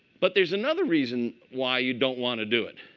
but there's another reason why you don't want to do it.